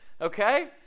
Okay